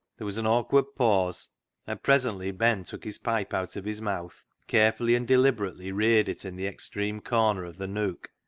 there was an awkward pause, and presently ben took his pipe out of his mouth, carefully and deliberately reared it in the extreme corner of the nook,